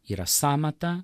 yra sąmatą